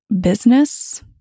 business